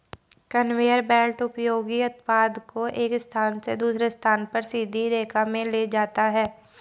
conveyor belt उपयोगी उत्पाद को एक स्थान से दूसरे स्थान पर सीधी रेखा में ले जाता है